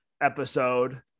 episode